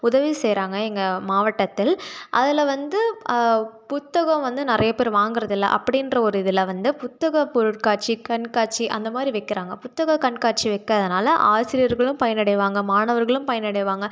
உதவி செய்கிறாங்க எங்கள் மாவட்டத்தில் அதில் வந்து புத்தகம் வந்து நிறைய பேர் வாங்குறதில்ல அப்படின்ற ஒரு இதில் வந்து புத்தகப் பொருட்காட்சி கண்காட்சி அந்த மாதிரி வெக்கிறாங்க புத்தகக் கண்காட்சி வெக்கிறதனால ஆசிரியர்களும் பயனடைவாங்க மாணவர்களும் பயனடைவாங்க